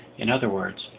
in other words,